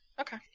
Okay